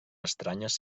estranyes